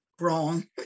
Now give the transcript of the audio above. wrong